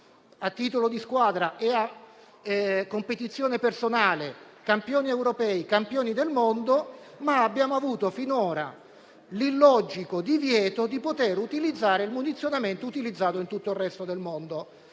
vantiamo, come squadra o in competizioni personali, campioni europei e campioni del mondo, ma abbiamo avuto finora l'illogico divieto di poter utilizzare il munizionamento utilizzato in tutto il resto del mondo.